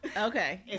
Okay